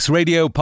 Radio